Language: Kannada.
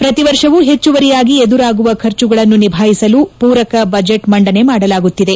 ಪ್ರತಿವರ್ಷವೂ ಹೆಚ್ಚುವರಿಯಾಗಿ ಎದುರಾಗುವ ಖರ್ಚುಗಳನ್ನು ನಿಭಾಯಿಸಲು ಪೂರಕ ಬಜೆಟ್ ಮಂಡನೆ ಮಾಡಲಾಗುತ್ತಿದೆ